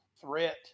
threat